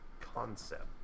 concept